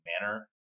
manner